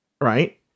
right